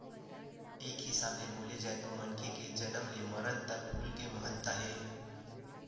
एक हिसाब ले बोले जाए तो मनखे के जनम ले मरन तक फूल के महत्ता हे